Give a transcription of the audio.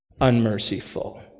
unmerciful